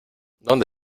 dónde